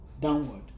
downward